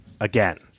again